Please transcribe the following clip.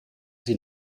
sie